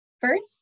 First